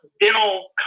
dental